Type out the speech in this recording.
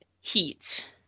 heat